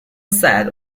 set